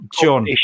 John